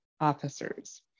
officers